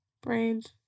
Brains